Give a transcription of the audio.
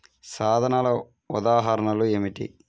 సాధనాల ఉదాహరణలు ఏమిటీ?